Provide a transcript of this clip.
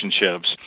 relationships